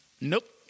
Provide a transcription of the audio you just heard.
Nope